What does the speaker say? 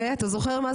ואתה זוכר מה זה היה?